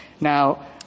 Now